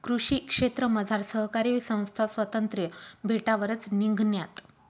कृषी क्षेत्रमझार सहकारी संस्था स्वातंत्र्य भेटावरच निंघण्यात